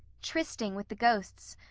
trysting with the ghosts.